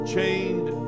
Chained